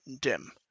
Dim